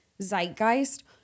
zeitgeist